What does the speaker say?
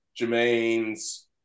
Jermaine's